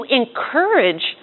encourage